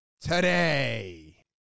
today